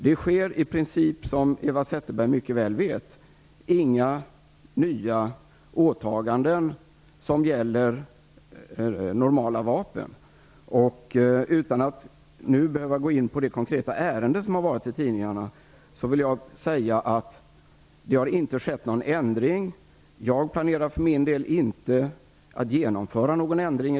Det sker som Eva Zetterberg mycket väl vet i princip inga nya åtaganden som gäller normala vapen. Utan att nu behöva gå in på det konkreta ärende som har tagits upp i tidningarna vill jag säga att det inte har skett någon ändring. Jag planerar för min del inte att genomföra någon ändring.